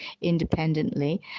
independently